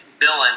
villain